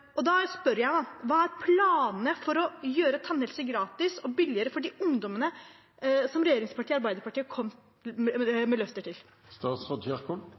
Da blir spørsmålet: Hva er planene for å gjøre tannhelse gratis og billigere for de ungdommene som regjeringspartiet Arbeiderpartiet kom med løfter